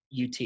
UT